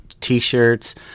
T-shirts